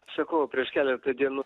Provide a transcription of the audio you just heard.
sakau prieš keletą dienų